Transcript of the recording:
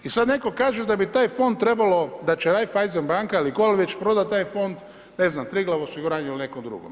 I sad netko kaže da bi taj fond trebalo, da će Reifeisen banka ili tko li već prodat taj fond ne znam, Triglav osiguranju ili nekom drugom.